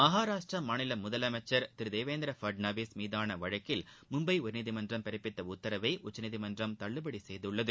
மகாராஷ்டிர மாநில முதலமைச்சர் திரு தேவேந்திர பட்னாவிஸ் மீதான வழக்கில் மும்பை உயர்நீதிமன்றம் பிறப்பித்த உத்தரவை உச்சநீதிமன்றம் தள்ளுபடி செய்துள்ளது